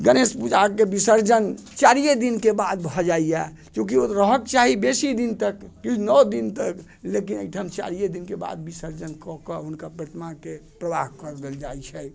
गणेश पूजाके विसर्जन चारिये दिनके बाद भऽ जाइया चूँकि ओ रहक चाही बेसी दिन तक किछु नओ दिन तक लेकिन एहिठाम चारिये दिनके बाद विसर्जन कऽ के हुनकर प्रतिमाके प्रवाह कऽ देल जाइ छै